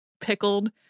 pickled